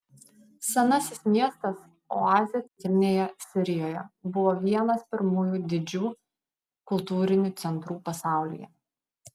senasis miestas oazė centrinėje sirijoje buvo vienas pirmųjų didžių kultūrinių centrų pasaulyje